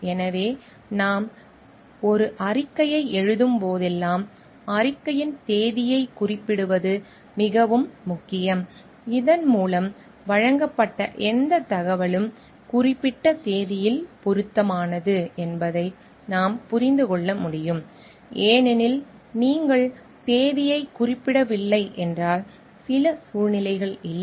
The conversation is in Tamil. எனவே நாம் ஒரு அறிக்கையை எழுதும் போதெல்லாம் அறிக்கையின் தேதியைக் குறிப்பிடுவது மிகவும் முக்கியம் இதன் மூலம் வழங்கப்பட்ட எந்தத் தகவலும் குறிப்பிட்ட தேதியில் பொருத்தமானது என்பதை நாம் புரிந்து கொள்ள முடியும் ஏனெனில் நீங்கள் தேதியைக் குறிப்பிடவில்லை என்றால் சில சூழ்நிலைகள் இல்லை